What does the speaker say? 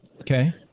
Okay